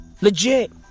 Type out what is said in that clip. Legit